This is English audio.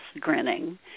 grinning